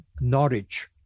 Norwich